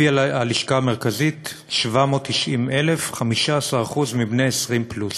לפי הלשכה המרכזית, 790,000, 15% מבני 20 פלוס.